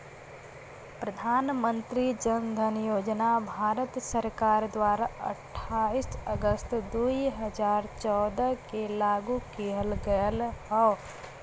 प्रधान मंत्री जन धन योजना भारत सरकार द्वारा अठाईस अगस्त दुई हजार चौदह के लागू किहल गयल हौ